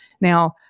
Now